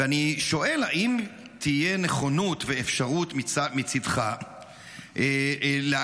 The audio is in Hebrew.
ואני שואל האם תהיה נכונות ואפשרות מצידך להגיע